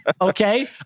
okay